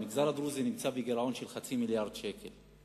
המגזר הדרוזי נמצא בגירעון של חצי מיליארד שקל.